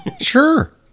Sure